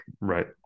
Right